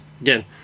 again